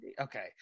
okay